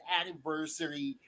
anniversary